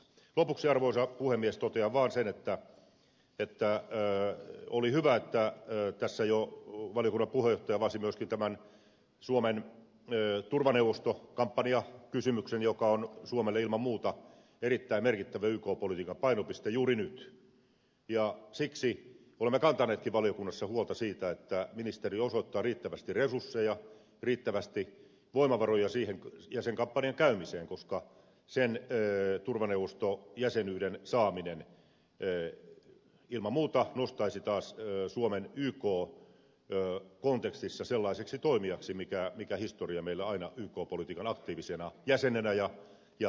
lopuksi arvoisa puhemies totean vaan sen että oli hyvä että tässä jo valiokunnan puheenjohtaja avasi myöskin tämän suomen turvaneuvostokampanjakysymyksen joka on suomelle ilman muuta erittäin merkittävä yk politiikan painopiste juuri nyt ja siksi olemme kantaneetkin valiokunnassa huolta siitä että ministeri osoittaa riittävästi resursseja riittävästi voimavaroja sen kampanjan käymiseen koska sen turvaneuvostojäsenyyden saaminen ilman muuta nostaisi taas suomen yk kontekstissa sellaiseksi toimijaksi mikä historia meillä aina yk politiikan aktiivisena jäsenenä ja toimijana on ollut